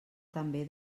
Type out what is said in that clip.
també